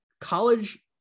college